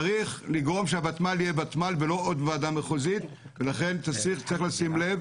צריך לגרום שהוותמ"ל יהיה ותמ"ל ולא עוד ועדה מחוזית ולכן צריך לשים לב